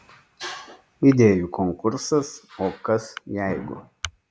idėjų konkursas o kas jeigu